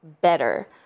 better